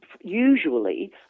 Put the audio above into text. usually